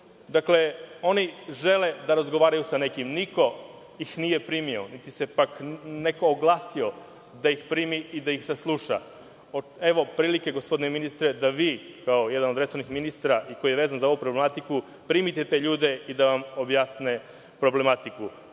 odluku. Dakle, oni žele da razgovaraju sa nekim, ali niko ih nije primio, niti se pak neko oglasio da ih primi i da ih sasluša. Evo prilike, gospodine ministre, da vi, kao jedan od resornih ministara koji je vezan za ovu problematiku, primite te ljude da vam objasne problematiku. Moram